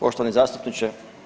Poštovani zastupniče.